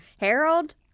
Harold